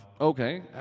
okay